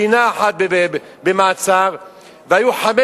זה מערכת הביטחון, משרד